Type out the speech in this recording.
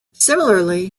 similarly